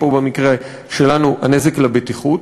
פה במקרה שלנו הנזק לבטיחות,